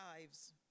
lives